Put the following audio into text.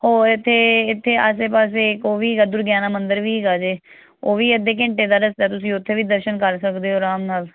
ਉਹ ਇੱਥੇ ਇੱਥੇ ਆਸੇ ਪਾਸੇ ਇੱਕ ਉਹ ਵੀ ਹੈਗਾ ਦੁਰਗਿਆਨਾ ਮੰਦਿਰ ਵੀ ਹੈਗਾ ਜੇ ਉਹ ਵੀ ਅੱਧੇ ਘੰਟੇ ਦਾ ਰਸਤਾ ਤੁਸੀਂ ਉੱਥੇ ਵੀ ਦਰਸ਼ਨ ਕਰ ਸਕਦੇ ਹੋ ਆਰਾਮ ਨਾਲ